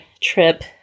trip